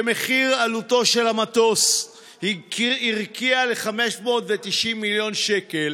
כשמחיר עלותו של המטוס הרקיע ל-590 מיליון שקל,